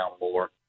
more